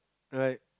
like